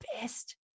best